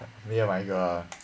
me and my girl